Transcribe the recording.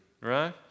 Right